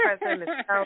president